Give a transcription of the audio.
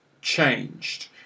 changed